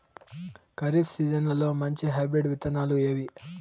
ఖరీఫ్ సీజన్లలో మంచి హైబ్రిడ్ విత్తనాలు ఏవి